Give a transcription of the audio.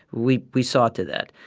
we we saw to that.